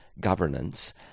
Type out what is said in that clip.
governance